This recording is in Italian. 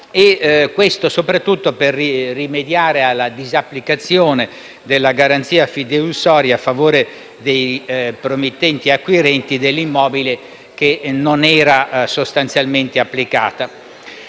notaio, soprattutto per rimediare alla disapplicazione della garanzia fideiussoria a favore dei promittenti acquirenti dell'immobile, che non era sostanzialmente applicata.